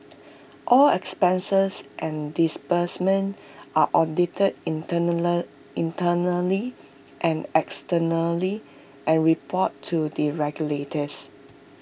all expenses and disbursements are audited internally and externally and reported to the regulators